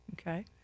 okay